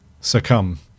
succumb